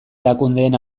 erakundeen